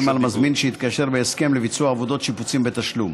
על מזמין שהתקשר בהסכם לביצוע עבודות שיפוצים בתשלום.